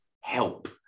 help